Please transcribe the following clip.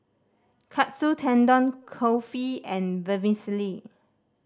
Katsu Tendon Kulfi and Vermicelli